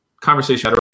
conversation